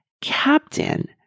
captain